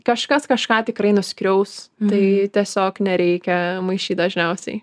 kažkas kažką tikrai nuskriaus tai tiesiog nereikia maišyt dažniausiai